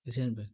kasihan apa